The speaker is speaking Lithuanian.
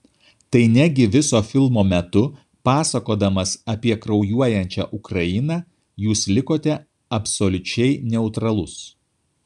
tai negi viso filmo metu pasakodamas apie kraujuojančią ukrainą jūs likote absoliučiai neutralus